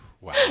Wow